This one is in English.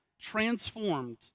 transformed